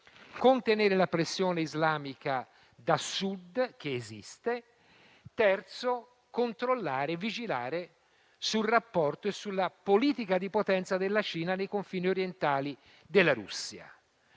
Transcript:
contenere la pressione islamica da Sud (che esiste); controllare e vigilare sul rapporto e sulla politica di potenza della Cina ai confini orientali della Russia.